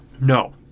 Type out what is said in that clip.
No